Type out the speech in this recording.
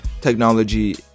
technology